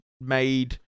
made